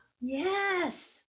yes